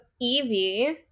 Evie